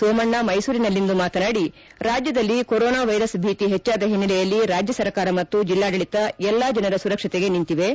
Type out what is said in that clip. ಸೋಮಣ್ಣ ಮೈಸೂರಿನಲ್ಲಿಂದು ಮಾತನಾಡಿ ರಾಜ್ಯದಲ್ಲಿ ಕೊರೋನಾ ವೈರಸ್ ಭೀತಿ ಹೆಚ್ಚಾದ ಹಿನ್ನೆಲೆಯಲ್ಲಿ ರಾಜ್ಯ ಸರ್ಕಾರ ಮತ್ತು ಜಿಲ್ಲಾಡಳಿತ ಎಲ್ಲ ಜನರ ಸುರಕ್ಷತೆಗೆ ನಿಂತಿವೆ